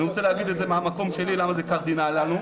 ואני רוצה להגיד את זה מהמקום שלי למה זה קרדינלי לנו,